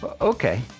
Okay